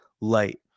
light